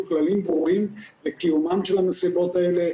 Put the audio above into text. כללים ברורים לקיומן של המסיבות האלה,